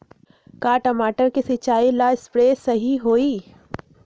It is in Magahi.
का टमाटर के सिचाई ला सप्रे सही होई?